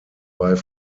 bei